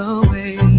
away